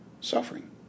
suffering